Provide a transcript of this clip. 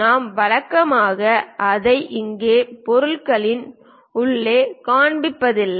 நாம் வழக்கமாக அதை இங்கே பொருளின் உள்ளே காண்பிப்பதில்லை